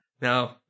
No